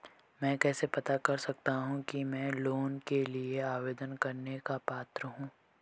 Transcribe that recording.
मैं कैसे पता कर सकता हूँ कि मैं लोन के लिए आवेदन करने का पात्र हूँ?